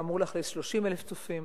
שאמור לאכלס 30,000 צופים.